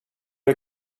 väl